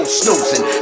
snoozing